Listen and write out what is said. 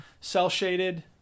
cell-shaded